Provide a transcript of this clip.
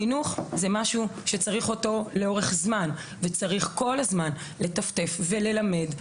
חינוך זה משהו שצריך אותו לאורך זמן וצריך כל הזמן לטפטף וללמד.